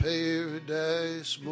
Paradise